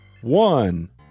one